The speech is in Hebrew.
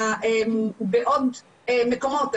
בעוד מקומות,